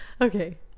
Okay